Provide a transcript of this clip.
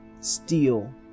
steel